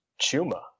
chuma